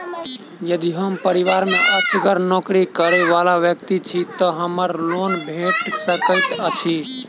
यदि हम परिवार मे असगर नौकरी करै वला व्यक्ति छी तऽ हमरा लोन भेट सकैत अछि?